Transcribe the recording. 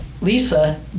Lisa